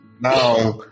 Now